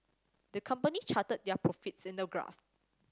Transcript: the company charted their profits in a graph